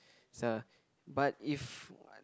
but if